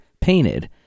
painted